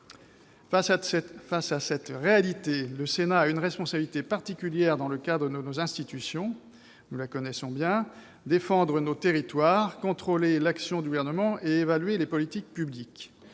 Face à cette réalité, le Sénat a une responsabilité particulière dans le cadre de nos institutions. Nous la connaissons bien : il s'agit de défendre nos territoires, de contrôler l'action du Gouvernement et d'évaluer les politiques publiques.